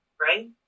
right